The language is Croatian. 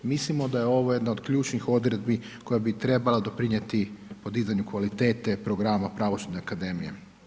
Mislimo da je ovo jedna od ključnih odredbi koja bi trebala doprinijeti podizanju kvalitete programa Pravosudne akademije.